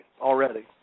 already